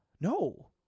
no